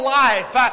life